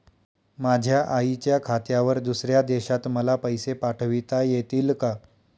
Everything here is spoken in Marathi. माझ्या आईच्या खात्यावर दुसऱ्या देशात मला पैसे पाठविता येतील का?